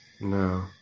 no